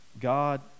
God